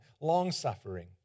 long-suffering